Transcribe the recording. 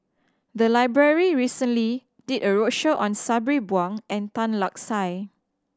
the library recently did a roadshow on Sabri Buang and Tan Lark Sye